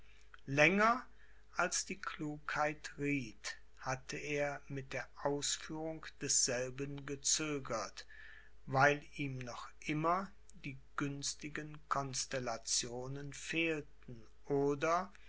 länger als die klugheit rieth hatte er mit der ausführung desselben gezögert weil ihm noch immer die günstigen constellationen fehlten oder